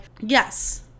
yes